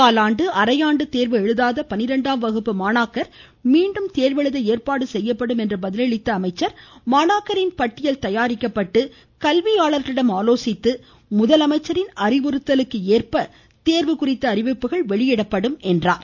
காலாண்டு அரையாண்டு தேர்வு எழுதாத பன்னிரெண்டாம் வகுப்பு மாணாக்கர் மீண்டும் தேர்வு எழுத ஏற்பாடு செய்யப்படும் என்று கூறிய அமைச்சர் மாணாக்கரின் பட்டியல் தயாரிக்கப்பட்டு கல்வியாளரிடம் அறிவுறுத்தலுக்கு ஏற்ப தேர்வு குறித்த அறிவிப்புகள் வெளியிடப்படும் என்றார்